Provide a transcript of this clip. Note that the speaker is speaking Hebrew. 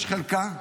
יש חלקה,